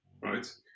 right